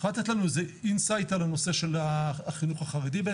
את יכולה לתת לנו איזה אינסייד על הנושא של החינוך החרדי בהקשר הזה?